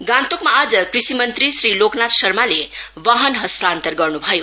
गान्तोकमा आज कृषि मंत्री श्री लोकनाथ शर्माले वाहन हस्तान्तर गर्नुभयो